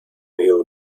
mill